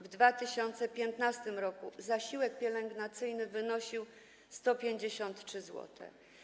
W 2015 r. zasiłek pielęgnacyjny wynosił 153 zł.